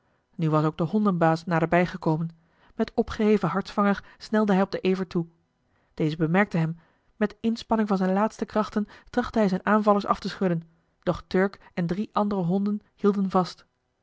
nu was ook de hondenbaas naderbij gekomen met opgeheven hartsvanger snelde hij op den ever toe deze bemerkte hem met inspanning van zijne laatste krachten trachtte hij zijne aanvallers af te schudden doch turk en drie andere honden hielden vast